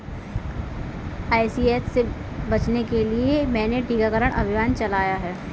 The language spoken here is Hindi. आई.सी.एच से बचने के लिए मैंने टीकाकरण अभियान चलाया है